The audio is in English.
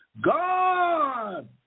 God